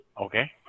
Okay